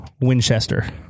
Winchester